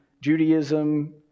Judaism